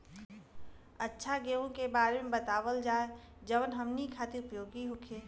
अच्छा गेहूँ के बारे में बतावल जाजवन हमनी ख़ातिर उपयोगी होखे?